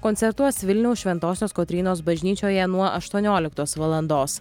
koncertuos vilniaus šventosios kotrynos bažnyčioje nuo aštuonioliktos valandos